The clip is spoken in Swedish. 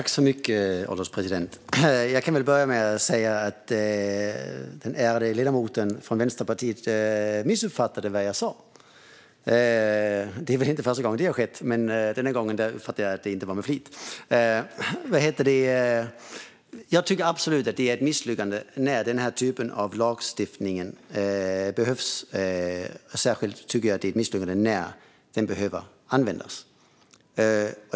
Herr ålderspresident! Jag kan börja med att säga att den ärade ledamoten från Vänsterpartiet missuppfattade vad jag sa. Det är väl inte första gången som detta har skett, men den här gången uppfattade jag att det inte var med flit. Jag tycker absolut att det är ett misslyckande när den här typen av lagstiftning behövs. Särskilt tycker jag att det är ett misslyckande när den behöver användas.